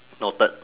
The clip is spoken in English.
noted